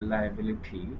liability